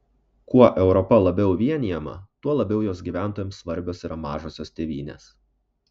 kuo europa labiau vienijama tuo labiau jos gyventojams svarbios yra mažosios tėvynės